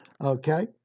okay